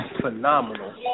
phenomenal